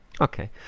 Okay